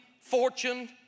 fortune